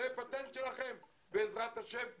אני